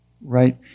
right